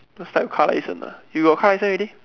looks like car license ah you got car license already